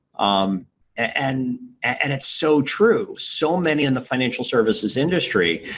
um and and it's so true. so, many in the financial services industry